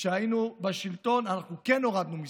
כשהיינו בשלטון, אנחנו כן הורדנו מיסים: